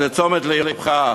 אז לתשומת לבך,